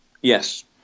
Yes